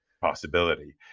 possibility